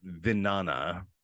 Vinana